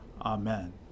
Amen